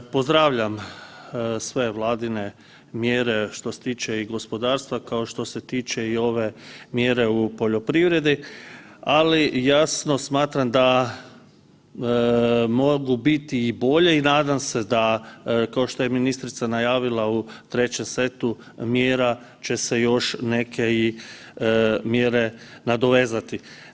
Pozdravljam sve vladine mjere što se tiče gospodarstva kao što se tiče i ove mjere u poljoprivredi, ali jasno smatram da mogu biti i bolje i nadam se da kao što je ministrica najavila u trećem setu mjera će se još neke mjere i nadovezati.